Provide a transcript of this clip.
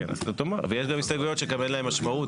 יש גם הסתייגויות שאין להן משמעות,